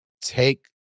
take